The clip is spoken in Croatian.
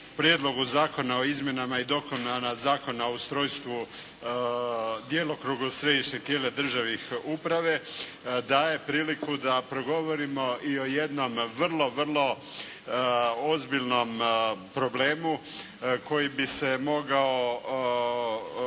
Prijedlogu zakona o izmjenama i dopunama Zakona o ustrojstvu i djelokrugu središnjeg tijela državne uprave daje priliku da progovorimo i o jednom vrlo, vrlo ozbiljnom problemu koji bi se mogao